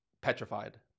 petrified